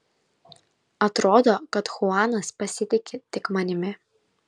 atrodo kad chuanas pasitiki tik manimi